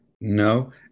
no